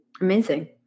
Amazing